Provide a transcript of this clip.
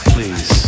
Please